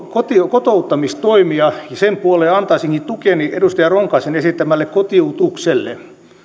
kotouttamistoimia ja sen puoleen antaisinkin tukeni edustaja ronkaisen esittämälle kotiutukselle